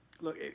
Look